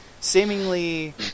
seemingly